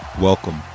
welcome